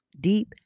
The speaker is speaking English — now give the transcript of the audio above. deep